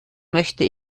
möchte